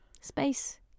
space